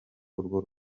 urwo